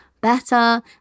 better